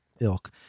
ilk